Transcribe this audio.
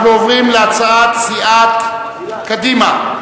אנחנו עוברים להצעת סיעת קדימה.